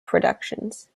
productions